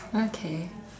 okay